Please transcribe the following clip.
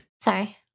Sorry